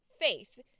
faith